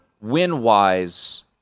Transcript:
win-wise